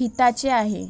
हिताचे आहे